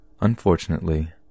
unfortunately